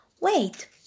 Wait